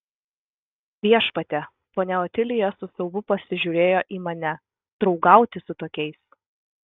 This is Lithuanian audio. viešpatie ponia otilija su siaubu pasižiūrėjo į mane draugauti su tokiais